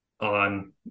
on